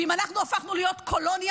ואם אנחנו הפכנו להיות קולוניה,